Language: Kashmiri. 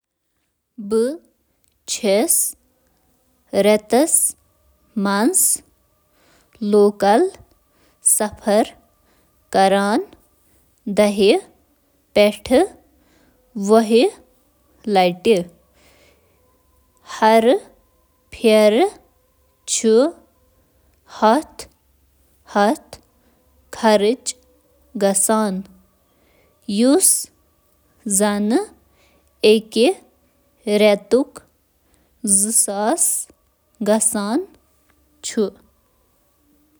بہٕ چھُس/چھَس أکِس رٮ۪تس منٛز واریٛاہ لَٹہِ پبلک ٹرانسپورٹ استعمال کران بہٕ چُھس کم از کم شیٹھ۔ پانژہتھ, خرچ کران۔